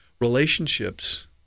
Relationships